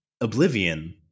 oblivion